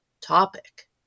topic